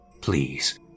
Please